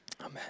Amen